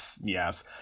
Yes